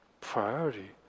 priority